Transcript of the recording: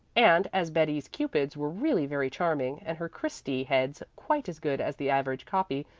and, as betty's cupids were really very charming and her christy heads quite as good as the average copy,